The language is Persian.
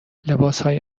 لباسهای